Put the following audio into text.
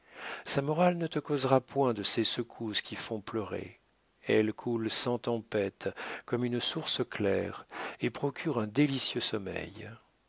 sa morale ne te causera point de ces secousses qui font pleurer elle coule sans tempêtes comme une source claire et procure un délicieux sommeil